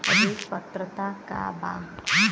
ऋण पात्रता का बा?